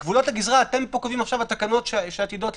את גבולות הגזרה אתם קובעים עכשיו בתקנות העתידות.